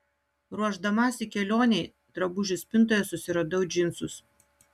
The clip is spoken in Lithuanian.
ruošdamasi kelionei drabužių spintoje susiradau džinsus